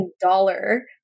dollar